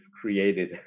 created